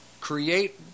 create